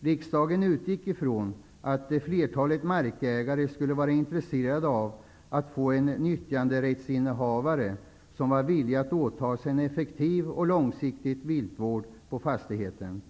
Riksdagen utgick från att flertalet markägare skulle vara intresserade av att få en nyttjanderättsinnehavare som var villig att åta sig en effektiv och långsiktig viltvård på fastigheten.